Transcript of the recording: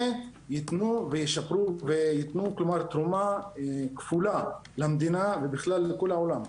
ויתנו תרומה כפולה למדינה ובכלל לכל העולם.